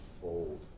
Fold